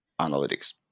analytics